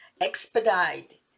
expedite